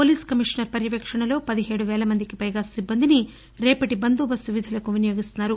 police commissioner పర్యవేక్షణలో పదిహేడువేల మందికి పైగా సిబ్బందిని రేపటి బందోబస్తు విధులకు వినియోగిస్తున్నారు